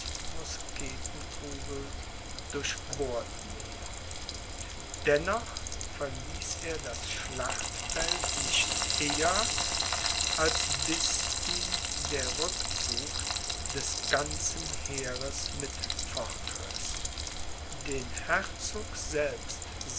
durchbohrten ihn dennoch verließ er das schlachtfeld nicht eher als bis ihn der rückzug des ganzen heeres mit fortriß den herzog selbst